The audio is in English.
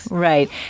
Right